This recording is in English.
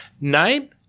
Name